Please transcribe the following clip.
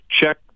check